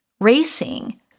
racing